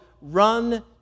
run